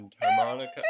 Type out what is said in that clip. harmonica